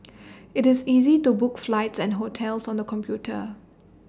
IT is easy to book flights and hotels on the computer